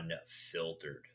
Unfiltered